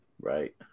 right